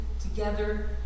together